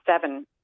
seven